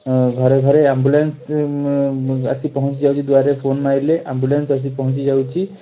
ଓ ଘରେ ଘରେ ଆମ୍ବୁଲାନ୍ସ ଆସି ପହଞ୍ଚିଯାଉଛି ଦୁଆରେ ଫୋନ ମାରିଲେ ଆମ୍ବୁଲାନ୍ସ ଆସି ପହଞ୍ଚିଯାଉଛି